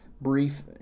brief